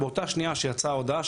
באותה שנייה שיצאה ההודעה,